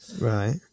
right